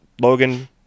Logan